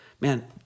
man